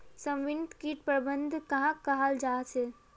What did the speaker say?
समन्वित किट प्रबंधन कहाक कहाल जाहा झे?